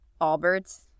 Allbirds